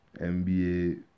NBA